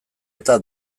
eta